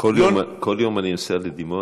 כל יום אני נוסע לדימונה,